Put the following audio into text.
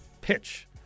pitch